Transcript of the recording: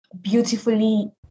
beautifully